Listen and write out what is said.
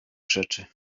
rzeczy